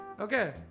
okay